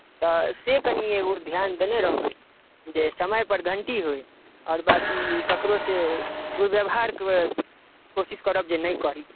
तऽ से कनि ओ ध्यान देने रहबै जे समयपर घण्टी होइ आओर बाँकी ककरो से दुर्व्यवहारके कोशिश करब जे नहि करी